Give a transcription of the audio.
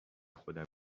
خودم